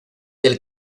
del